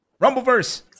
Rumbleverse